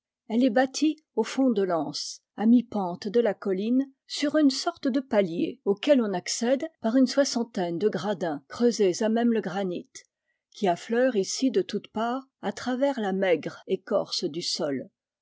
elle est bâtie au fond de l'anse à mi pente de la colline sur une sorte de palier auquel on accède par une soixantaine de gradins creusés à même le granit qui affleure ici de toutes parts à travers la maigre écorce du sol